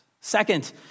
Second